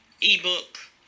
e-book